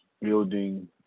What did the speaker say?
building